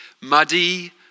muddy